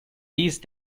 these